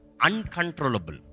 uncontrollable